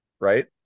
right